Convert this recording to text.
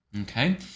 okay